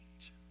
change